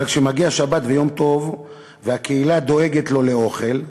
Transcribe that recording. אבל כשמגיעים שבת ויום טוב והקהילה דואגת לו לאוכל,